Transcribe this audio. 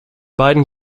beiden